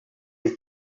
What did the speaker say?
est